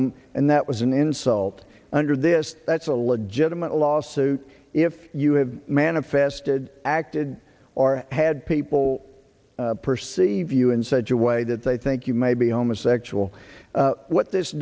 um and that was an insult under this that's a legitimate lawsuit if you have manifested acted or had people perceive you in such a way that they think you may be homosexual what this